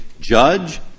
Judge